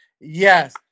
Yes